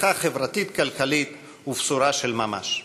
מהפכה חברתית-כלכלית ובשורה של ממש.